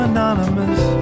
Anonymous